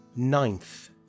ninth